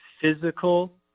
physical